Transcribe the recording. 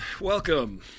Welcome